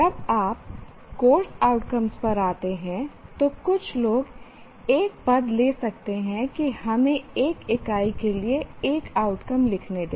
जब आप course outcomes पर आते हैं तो कुछ लोग एक पद ले सकते हैं की हमें 1 इकाई के लिए एक आउटकम लिखने दें